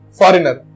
foreigner